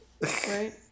Right